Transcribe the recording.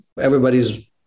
everybody's